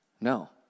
No